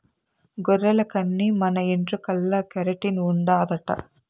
గొర్రెల కన్ని మన ఎంట్రుకల్ల కెరటిన్ ఉండాదట